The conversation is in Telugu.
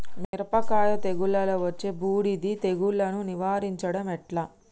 మిరపకాయ తెగుళ్లలో వచ్చే బూడిది తెగుళ్లను నివారించడం ఎట్లా?